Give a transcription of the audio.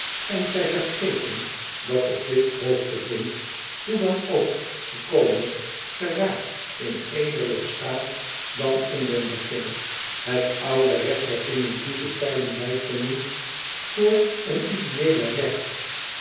en zij vergeten dat op dt hoogtepunt hoe dan ook gekomen geraakt in edeler staat dan in den beginne het oude recht der primitieve tijden wijken moet voor een ideëeler recht